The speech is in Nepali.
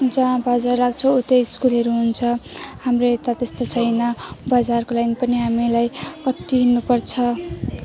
जा बजार लाग्छ उतै स्कुलहरू हुन्छ हाम्रो यता त्यस्तो छैन बजारको लागि पनि हामीलाई कत्ति हिँड्नुपर्छ